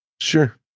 Sure